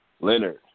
Leonard